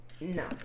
No